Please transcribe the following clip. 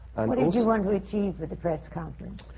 and want to achieve with a press conference?